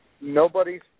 nobody's